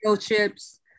Chips